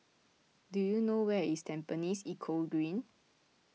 do you know where is Tampines Eco Green